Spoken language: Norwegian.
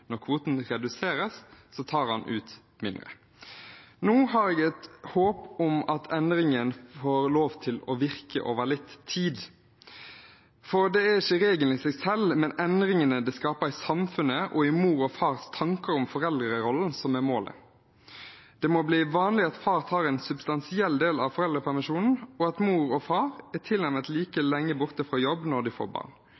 Når kvoten reduseres, tar han ut mindre. Nå har jeg et håp om at endringen får lov til å virke over litt tid. For det er ikke regelen i seg selv, men endringene det skaper i samfunnet og i mor og fars tanker om foreldrerollen, som er målet. Det må bli vanlig at far tar en substansiell del av foreldrepermisjonen, og at mor og far er tilnærmet